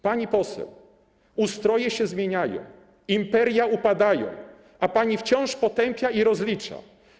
Pani poseł, ustroje się zmieniają, imperia upadają, a pani wciąż potępia i rozlicza.